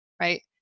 right